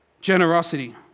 generosity